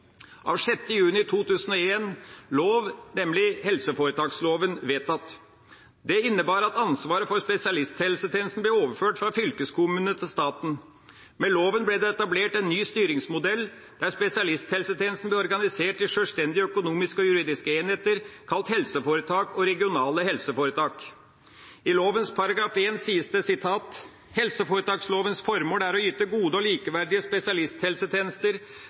av 6. juni 2001. Det innebar at ansvaret for spesialisthelsetjenesten ble overført fra fylkeskommunene til staten. Med loven ble det etablert en ny styringsmodell der spesialisthelsetjenesten ble organisert i sjølstendige økonomiske og juridiske enheter, kalt helseforetak og regionale helseforetak. I lovens § 1 sies det: «Helseforetakenes formål er å yte gode og likeverdige spesialisthelsetjenester